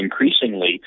increasingly